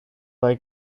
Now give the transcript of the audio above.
bei